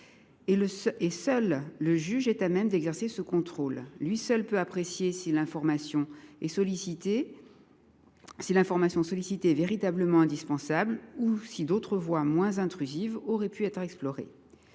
Seul le juge est à même d’exercer ce contrôle. Lui seul peut en effet apprécier si l’information sollicitée est véritablement indispensable ou si d’autres voies moins intrusives auraient pu être explorées.